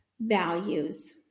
values